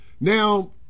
Now